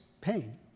pain